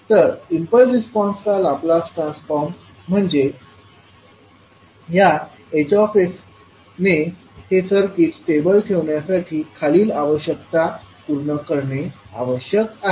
तर इम्पल्स रिस्पॉन्सचा Laplace transform म्हणजे ह्या Hs ने हे सर्किट स्टेबल ठेवण्यासाठी खालील आवश्यकता पूर्ण करणे आवश्यक आहे